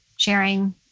sharing